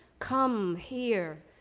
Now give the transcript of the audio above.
come here.